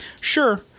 Sure